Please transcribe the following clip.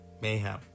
mayhem